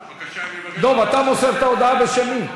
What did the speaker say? אני מבקש, דב, אתה מוסר את ההודעה, בשם מי?